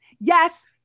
yes